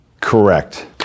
Correct